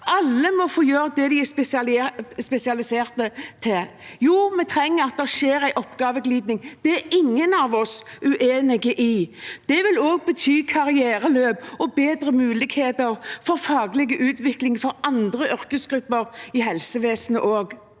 Alle må få gjøre det de er spesialisert til. Jo, vi trenger en oppgaveglidning. Det er ingen av oss uenig i. Det vil også bety karriereløp og bedre muligheter for faglig utvikling for andre yrkesgrupper i helsevesenet.